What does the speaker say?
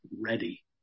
ready